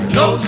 no